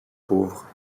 pauvre